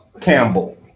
Campbell